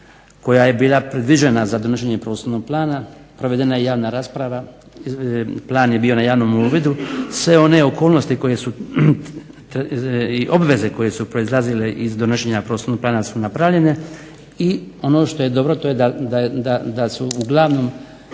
koja je bila predviđena za donošenje prostornog plana, provedena je javna rasprava, lani je bio na javnom uvidu. Sve one okolnosti koje su i obveze koje su proizlazile iz donošenja prostornog plana su napravljene i ono što je dobro to je da su uglavnom